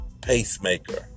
pacemaker